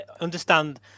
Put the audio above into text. understand